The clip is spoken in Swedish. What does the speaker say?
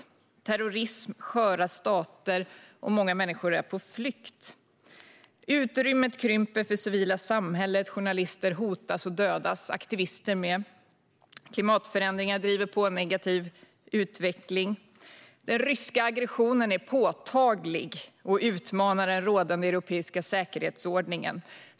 Det finns terrorism och sköra stater, och många människor är på flykt. Utrymmet för det civila samhället krymper. Journalister hotas och dödas, aktivister likaså. Klimatförändringar driver på en negativ utveckling. Den ryska aggressionen är påtaglig och utmanar den rådande europeiska säkerhetsordningen.